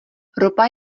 ropa